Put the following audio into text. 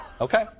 Okay